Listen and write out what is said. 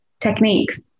techniques